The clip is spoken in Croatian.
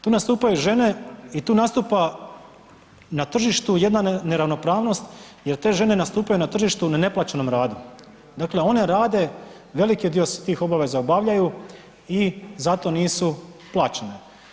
Tu nastupaju žene i tu nastupa na tržištu jedna neravnopravnost jer te žene nastupaju na tržištu na neplaćenom radu, dakle one rade, veliki dio tih obaveza obavljaju i za to nisu plaćene.